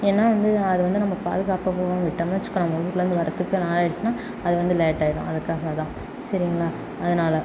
ஏன்னால் வந்து அது வந்து நம்ம பாதுகாப்பாமல் விட்டோம்னா வச்சுக்கங்க நம்ம ஊரிலர்ந்து வரத்துக்கு நாளாயிடுச்சின்னால் அது வந்து லேட் ஆகிடும் அதுக்காக தான் சரிங்களா அதனால்